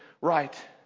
Right